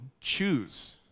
choose